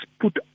put